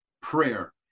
prayer